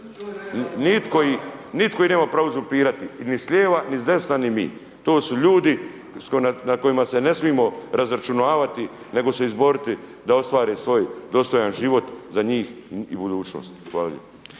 nitko pravo uzurpirati ni s lijeva ni s desna ni mi, to su ljudi na kojima se ne smijemo razračunavati nego se izboriti da ostvare svoj dostojan život za njih i budućnost. Hvala